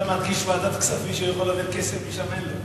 מרגיש בוועדת כספים שיש לו לתת כסף, ושם אין לו.